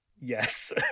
Yes